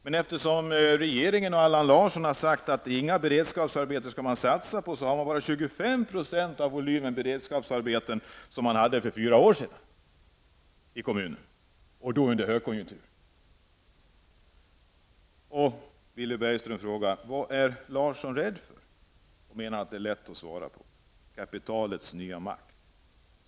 Men regeringen och Allan Larsson har sagt att man inte skall satsa på beredskapsarbeten. Så här står det i artikeln: ''I Älvdalen har man nu ungefär 25 procent av den volym beredskapsarbeten man hade för fyra år sedan, och då var det högkonjunktur! -- Vad är Larsson rädd för? Det är lätt att svara på: Kapitalets nya makt.